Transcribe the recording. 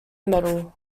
medal